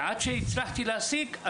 עד שהצלחתי להשיג,